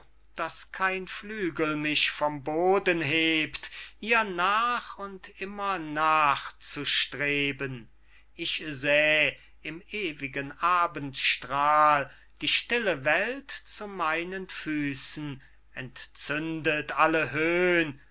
daß kein flügel mich vom boden hebt ihr nach und immer nach zu streben ich säh im ewigen abendstrahl die stille welt zu meinen füßen entzündet alle höhn